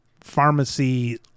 pharmacy